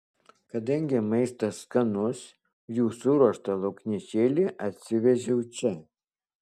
kadangi maistas skanus jų suruoštą lauknešėlį atsivežiau čia